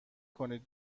کنید